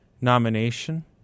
nomination